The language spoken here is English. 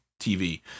TV